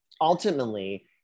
Ultimately